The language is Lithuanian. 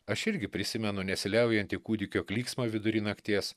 aš irgi prisimenu nesiliaujantį kūdikio klyksmą vidury nakties